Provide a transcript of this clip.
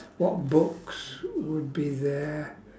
what books would be there